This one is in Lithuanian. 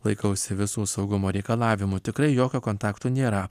laikausi visų saugumo reikalavimų tikrai jokio kontakto nėra